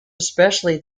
especially